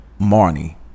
Marnie